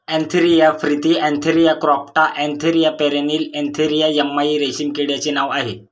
Antheraea frithi Antheraea compta Antheraea pernyi Antheraea yamamai रेशीम किड्याचे नाव आहे